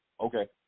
okay